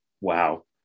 Wow